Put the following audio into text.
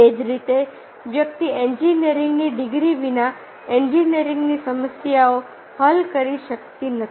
એ જ રીતે વ્યક્તિ એન્જિનિયરિંગની ડિગ્રી વિના એન્જિનિયરિંગની સમસ્યાઓ હલ કરી શકતી નથી